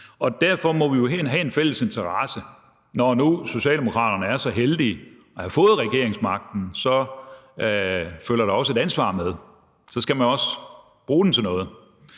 Derfor må vi jo have en fælles interesse. Når nu Socialdemokraterne er så heldige at have fået regeringsmagten, følger der også et ansvar med. Så skal man også bruge den til noget,